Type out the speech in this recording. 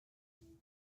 hey